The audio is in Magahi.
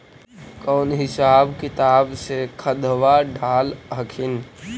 कौन हिसाब किताब से खदबा डाल हखिन?